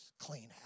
clean